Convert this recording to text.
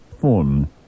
form